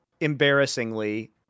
embarrassingly